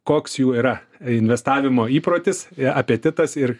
koks jų yra investavimo įprotis apetitas ir